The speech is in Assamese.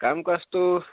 কাম কাজটো